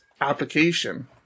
application